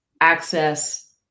access